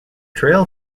trail